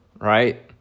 right